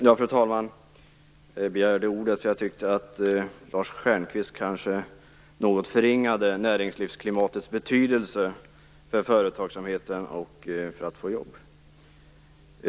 Fru talman! Jag begärde ordet därför att jag tyckte att Lars Stjernkvist kanske något förringade näringslivsklimatets betydelse för företagsamheten och för jobben.